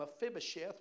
Mephibosheth